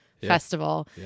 festival